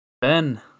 Ben